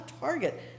target